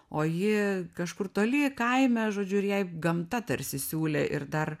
o ji kažkur toli kaime žodžiu ir jai gamta tarsi siūlė ir dar